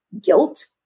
guilt